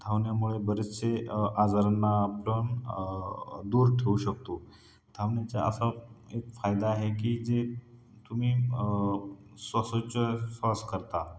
धावण्यामुळे बरेचसे आजारांना आपण दूर ठेवू शकतो धावण्याचा असा एक फायदा आहे की जे तुम्ही श्वासोच्छवास करता